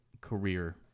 career